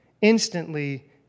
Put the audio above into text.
Instantly